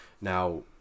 Now